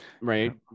Right